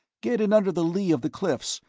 get in under the lee of the cliffs.